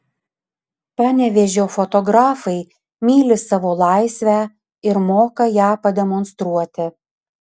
panevėžio fotografai myli savo laisvę ir moka ją pademonstruoti